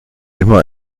immer